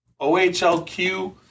OHLQ